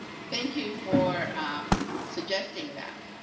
thank you for suggesting that.